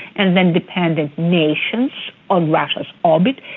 and then dependent nations on russia's orbit.